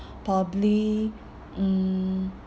probably mm